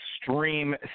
extreme